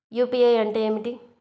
UPI అంటే ఏమిటీ?